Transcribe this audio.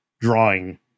drawing